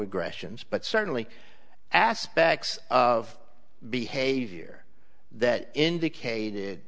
aggressions but certainly aspects of behavior that indicated